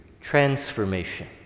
transformation